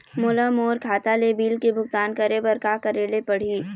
मोला मोर खाता ले बिल के भुगतान करे बर का करेले पड़ही ही?